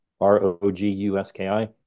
R-O-G-U-S-K-I